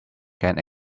can